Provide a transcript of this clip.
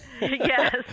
Yes